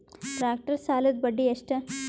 Tractor ಸಾಲದ್ದ ಬಡ್ಡಿ ಎಷ್ಟ?